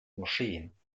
moscheen